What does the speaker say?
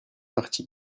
partie